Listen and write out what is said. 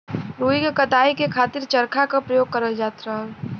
रुई क कताई के खातिर चरखा क परयोग करल जात रहल